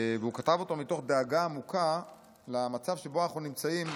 הוא כתב אותו מתוך דאגה עמוקה למצב שבו אנחנו נמצאים.